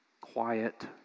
quiet